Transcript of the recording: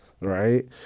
Right